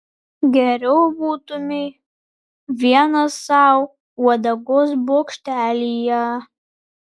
geriau būtumei vienas sau uodegos bokštelyje